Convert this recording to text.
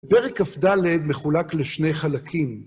פרק כ״ד מחולק לשני חלקים.